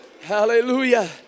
Hallelujah